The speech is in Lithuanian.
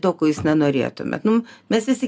to ko jūs nenorėtume nu mes visi